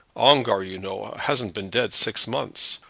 ongar, you know, hasn't been dead six months.